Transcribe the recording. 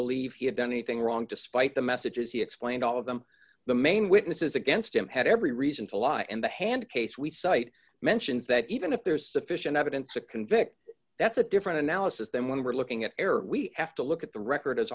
believe he had done anything wrong despite the messages he explained all of them the main witnesses against him had every reason to lie and the hand case we cite mentions that even if there is sufficient evidence to convict that's a different analysis then when we're looking at error we have to look at the record as